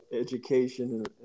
education